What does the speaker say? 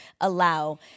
allow